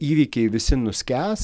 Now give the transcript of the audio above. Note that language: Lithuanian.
įvykiai visi nuskęs